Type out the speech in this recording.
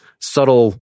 subtle